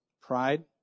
pride